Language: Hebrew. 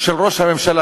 של ראש הממשלה,